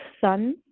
sun